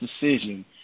decision